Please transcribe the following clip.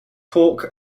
hawk